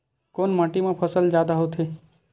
कोन माटी मा फसल जादा होथे?